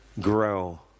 grow